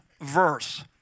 verse